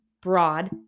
broad